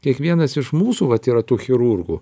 kiekvienas iš mūsų vat yra tų chirurgų